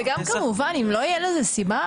וגם כמובן אם לא תהיה לזה סיבה,